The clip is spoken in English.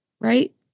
right